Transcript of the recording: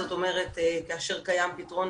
זאת אומרת כאשר קיים פתרון